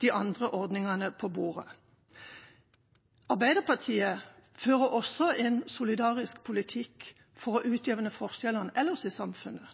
de andre ordningene på bordet. Arbeiderpartiet fører også en solidarisk politikk for å utjevne forskjellene ellers i samfunnet.